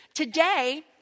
Today